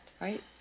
Right